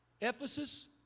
Ephesus